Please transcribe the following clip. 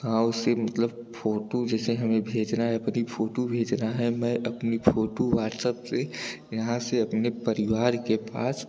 गाँव से मतलब फोटु जैसे हमें भेजनी है अपनी फोटु भेजनी है मैं अपनी फोटु व्हाट्सप से यहाँ से अपने परिवार के पास